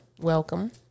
welcome